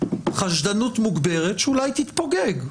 חשדנות מוגדרת שאולי תתפוגג,